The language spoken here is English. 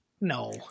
No